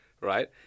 right